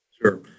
Sure